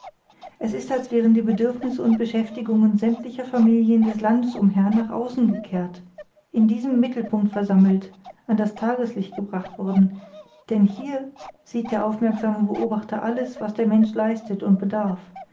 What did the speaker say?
es ist als wären die bedürfnisse und beschäftigungen sämtlicher familien des landes umher nach außen gekehrt in diesem mittelpunkt versammelt an das tageslicht gebracht worden denn hier sieht der aufmerksame beobachter alles was der mensch leistet und bedarf